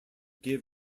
give